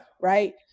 right